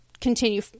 continue